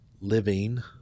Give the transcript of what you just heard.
living